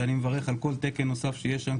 שאני מברך על כל תקן נוסף שיש שם,